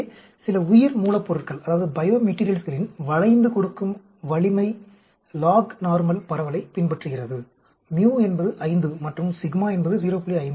எனவே சில உயிர்மூலப்பொருட்களின் வளைந்து கொடுக்கும் வலிமை லாக் நார்மல் பரவலைப் பின்பற்றுகிறது μ என்பது 5 மற்றும் என்பது 0